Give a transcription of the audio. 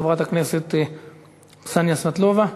חברת הכנסת קסניה סבטלובה,